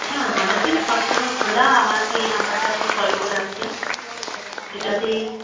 হ্যাঁ আমাদের অফিস সবসময়ই খোলা আমাকে এই নম্বরটায় আপনি কল করে আসবেন এটাতেই